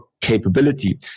capability